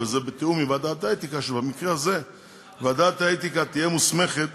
וזה בתיאום עם ועדת האתיקה שבמקרה הזה ועדת האתיקה תהיה מוסמכת